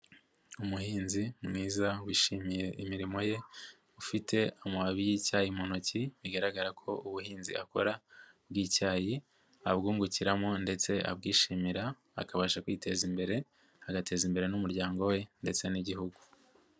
Umuhinzi mwiza wishimiye imirimo ye, ufite amababi y'icyayi mu ntoki, bigaragara ko ubuhinzi akora bw'icyayi abwungukiramo ndetse abwishimira, akabasha kwiteza imbere, agateza imbere n'umuryango we ndetse n'Igihugu.